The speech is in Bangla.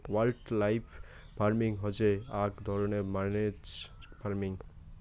ওয়াইল্ডলাইফ ফার্মিং হসে আক ধরণের ম্যানেজড ফার্মিং